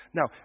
Now